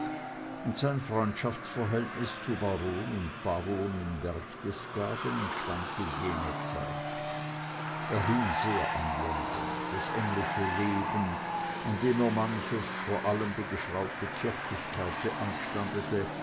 und sein freundschaftsverhältnis zu baron und baronin berchtesgaden entstammte jener zeit er hing sehr an london das englische leben an dem er manches vor allem die geschraubte kirchlichkeit beanstandete